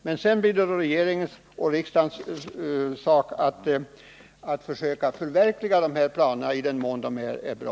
Det blir alltså riksdagens och regeringens sak att försöka förverkliga dessa planer, i den mån de är bra.